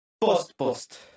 Post-post